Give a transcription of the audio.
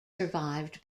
survived